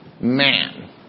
man